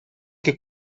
que